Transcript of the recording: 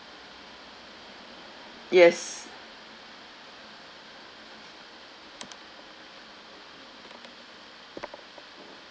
yes